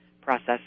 process